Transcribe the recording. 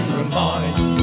remorse